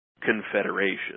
confederation